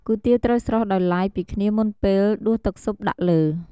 គុយទាវត្រូវស្រុះដោយឡែកពីគ្នាមុនពេល ដួសទឹកស៊ុបដាក់លើ។